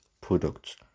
product